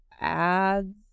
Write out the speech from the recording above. ads